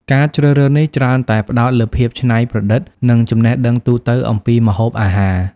ការជ្រើសរើសនេះច្រើនតែផ្តោតលើភាពច្នៃប្រឌិត និងចំណេះដឹងទូទៅអំពីម្ហូបអាហារ។